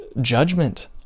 judgment